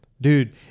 dude